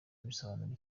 bisobanuye